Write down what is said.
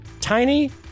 Tiny